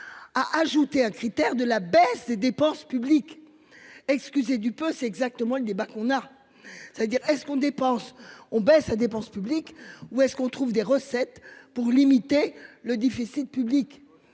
À ajouter un critère de la baisse des dépenses publiques. Excusez du peu. C'est exactement le débat qu'on a. C'est-à-dire est-ce qu'on dépense, on baisse la dépense publique ou est-ce qu'on trouve des recettes pour limiter le déficit public.